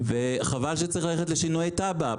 חבל שצריך ללכת לשינויי תב"ע.